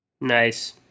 Nice